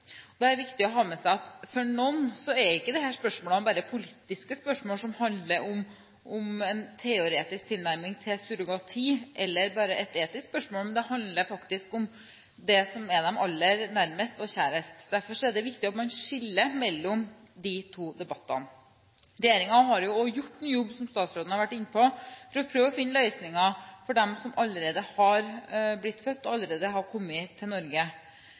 Det er viktig å ha med seg at for noen er ikke disse spørsmålene bare politiske spørsmål som handler om en teoretisk tilnærming til surrogati, eller bare et etisk spørsmål, men det handler faktisk om det som er ens aller nærmeste og aller kjæreste. Derfor er det viktig at man skiller mellom de to debattene. Regjeringen har, som statsråden har vært inne på, gjort en jobb for å prøve å finne løsninger for dem som allerede har blitt født, og som allerede har kommet til Norge.